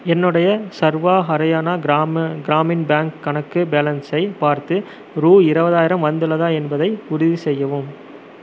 என்னுடைய சர்வா ஹரியானா கிராம கிராமின் பேங்க் கணக்கு பேலன்ஸை பார்த்து ரூ இருபதாயிரம் வந்துள்ளதா என்பதை உறுதிசெய்யவும்